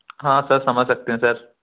हाँ सर समझ सकते हैं सर